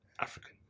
African